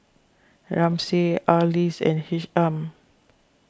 Ramsey Arlis and Isham